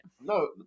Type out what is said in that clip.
No